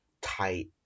tight